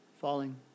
falling